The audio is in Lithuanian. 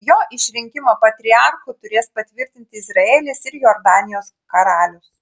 jo išrinkimą patriarchu turės patvirtinti izraelis ir jordanijos karalius